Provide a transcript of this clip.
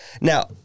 Now